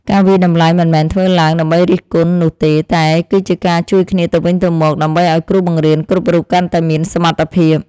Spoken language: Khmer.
ការវាយតម្លៃមិនមែនធ្វើឡើងដើម្បីរិះគន់នោះទេតែគឺជាការជួយគ្នាទៅវិញទៅមកដើម្បីឱ្យគ្រូបង្រៀនគ្រប់រូបកាន់តែមានសមត្ថភាព។